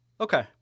Okay